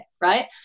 right